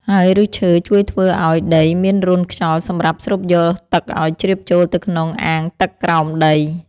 ហើយឫសឈើជួយធ្វើឱ្យដីមានរន្ធខ្យល់សម្រាប់ស្រូបយកទឹកឱ្យជ្រាបចូលទៅក្នុងអាងទឹកក្រោមដី។